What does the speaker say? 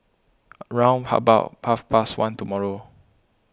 round about half past one tomorrow